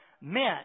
meant